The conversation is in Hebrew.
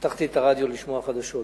פתחתי את הרדיו לשמוע חדשות.